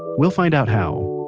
we'll find out how,